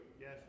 Yes